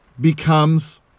becomes